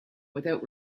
without